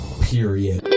Period